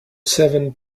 seven